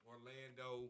Orlando